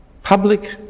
Public